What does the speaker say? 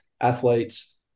athletes